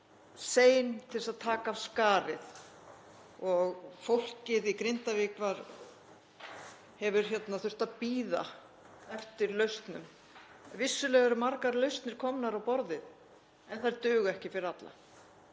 sein til að taka af skarið og fólkið í Grindavík hefur þurft að bíða eftir lausnum. Vissulega eru margar lausnir komnar á borðið en þær duga ekki fyrir alla.